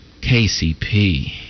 kcp